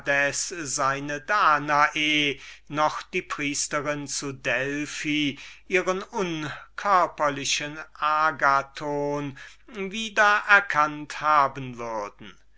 seine danae noch die priesterin zu delphi den spröden und unkörperlichen agathon wieder erkannt haben würden